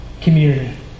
community